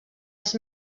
els